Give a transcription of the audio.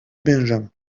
benjamin